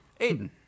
Aiden